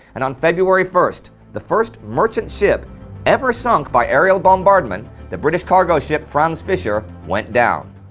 and on february first, the first merchant ship ever sunk by aerial bombardment, the british cargo ship franz fischer, went down.